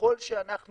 ככל שאנחנו